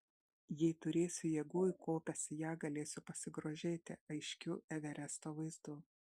jei turėsiu jėgų įkopęs į ją galėsiu pasigrožėti aiškiu everesto vaizdu